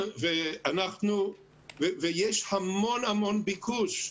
יש המון ביקוש.